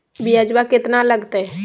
ब्यजवा केतना लगते?